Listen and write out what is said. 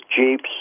jeeps